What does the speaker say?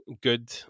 good